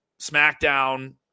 SmackDown